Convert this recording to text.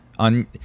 On